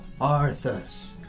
Arthas